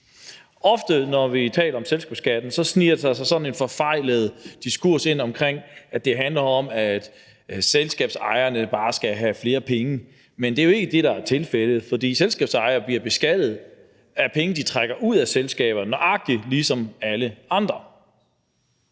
Når vi taler om selskabsskatten, sniger der sig ofte sådan en forfejlet diskurs ind omkring, at det handler om, at selskabsejere bare skal have flere penge, men det er jo ikke det, der er tilfældet, fordi selskabsejere bliver beskattet af penge, de trækker ud af selskaberne, nøjagtig ligesom alle andre.